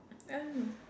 I don't know